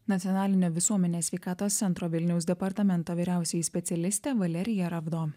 nacionalinio visuomenės sveikatos centro vilniaus departamento vyriausioji specialistė valerija ravdo